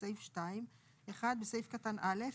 בסעיף 2 - (1) בסעיף קטן (א),